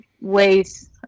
ways